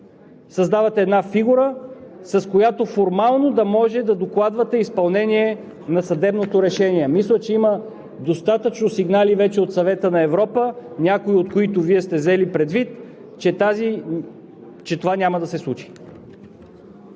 създавате една фигура, с която формално да може да докладвате изпълнението на съдебното решение. Мисля, че вече има достатъчно сигнали от Съвета на Европа, някои от които Вие сте взели предвид, че това няма да се случи.